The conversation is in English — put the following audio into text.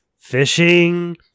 fishing